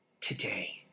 today